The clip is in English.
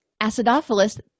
acidophilus